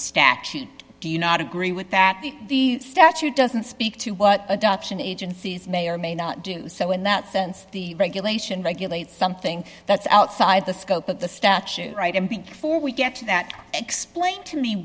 statute do you not agree with that the statute doesn't speak to what adoption agencies may or may not do so in that sense the regulation regulates something that's outside the scope of the statute right and before we get to that explain to me